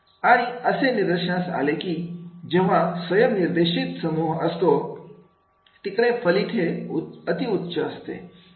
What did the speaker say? आणि असे निदर्शनास आले की जेव्हा स्वयं निर्देशित समूह असतो तिकडे फलित हे अतिउच्च असते